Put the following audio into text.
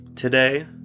Today